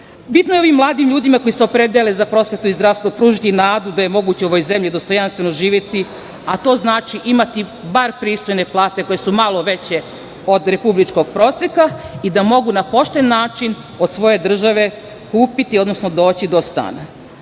je ovim mladim ljudima koji se opredele za prosvetu i zdravstvo pružiti nadu da je moguće u ovoj zemlji dostojanstveno živeti, a to znači imati bar pristojne plate koje su malo veće od republičkog proseka i da mogu na pošten način od svoje države kupiti, odnosno doći do